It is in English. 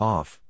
Off